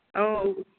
ओह